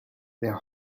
their